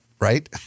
right